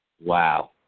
Wow